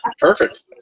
Perfect